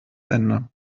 ende